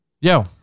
Yo